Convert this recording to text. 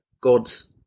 God's